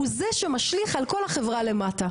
הוא זה שמשליך על כל החברה למטה.